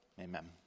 Amen